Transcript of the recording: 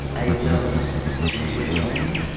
i love to be alone.